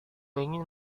ingin